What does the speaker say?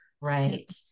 Right